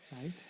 Right